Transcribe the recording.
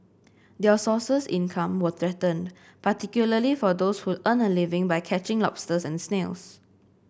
their sources income were threatened particularly for those who earn a living by catching lobsters and snails